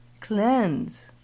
cleanse